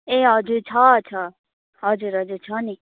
ए हजुर छ छ हजुर हजुर छ नि